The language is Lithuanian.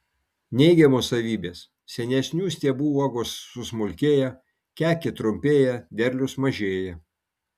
neigiamos savybės senesnių stiebų uogos susmulkėja kekė trumpėja derlius mažėja